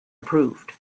approved